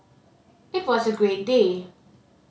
it was a great day